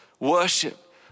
worship